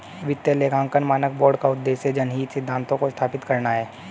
वित्तीय लेखांकन मानक बोर्ड का उद्देश्य जनहित सिद्धांतों को स्थापित करना है